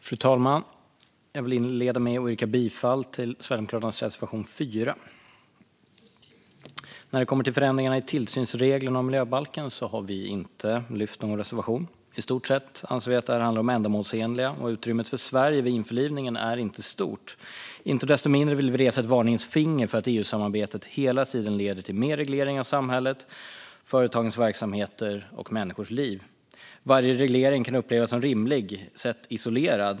Fru talman! Jag vill inleda med att yrka bifall till Sverigedemokraternas reservation 4. När det kommer till förändringarna av tillsynsreglerna i miljöbalken har vi inte någon reservation. I stort sett anser vi att de är ändamålsenliga, och utrymmet för Sverige vid införlivningen är inte stort. Inte desto mindre vill vi resa ett varningens finger för att EU-samarbetet hela tiden leder till mer reglering av samhället, företagens verksamheter och människors liv. Varje reglering kan upplevas som rimlig sett isolerad.